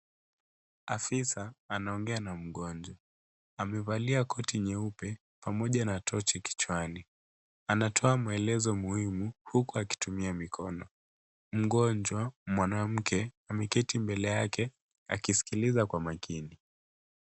Afisa anaongea na mgonjwa. Amevalia koti nyeupe pamoja na tochi kichwani. Anatoa maelezo muhimu, huku akitumia mikono. Mgonjwa mwanamke, ameketi mbele yake akisikiliza kwa makini.